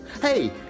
Hey